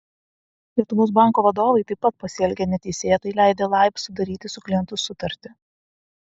lietuvos banko vadovai taip pat pasielgė neteisėtai leidę laib sudaryti su klientu sutartį